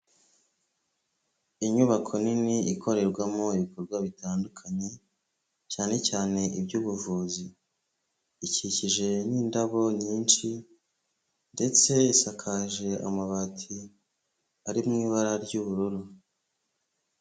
Inyubako nini ikorerwamo ibikorwa bitandukanye cyane cyane iby'ubuvuzi, ikikijwe n'indabo nyinshi ndetse isakaje amabati ari mu ibara ry'ubururu.